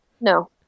No